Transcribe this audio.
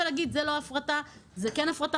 להגיד שזה לא הפרטה זה כן הפרטה,